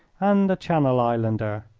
and a channel islander.